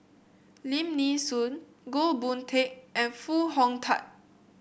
Lim Nee Soon Goh Boon Teck and Foo Hong Tatt